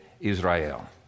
Israel